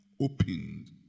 opened